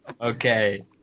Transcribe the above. Okay